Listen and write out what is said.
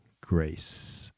grace